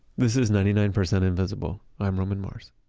this is ninety nine percent invisible. i'm roman mars